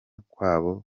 kwabo